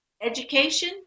Education